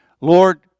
lord